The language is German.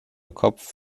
kopf